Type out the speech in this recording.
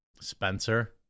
Spencer